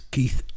Keith